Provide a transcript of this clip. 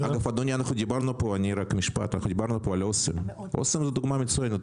אדוני, דיברנו פה על אסם, אסם היא דוגמה מצוינת.